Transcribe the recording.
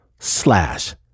slash